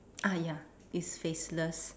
ah ya it's faceless